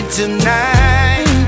tonight